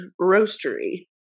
roastery